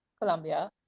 Colombia